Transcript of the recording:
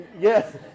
Yes